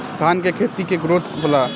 धान का खेती के ग्रोथ होला?